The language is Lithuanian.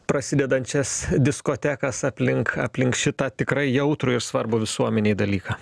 prasidedančias diskotekas aplink aplink šitą tikrai jautrų ir svarbų visuomenei dalyką